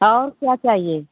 और क्या चाहिए